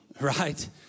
right